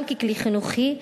גם כלי חינוכי,